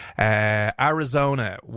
Arizona